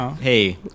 Hey